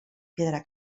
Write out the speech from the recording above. piedra